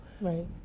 right